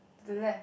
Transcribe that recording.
to left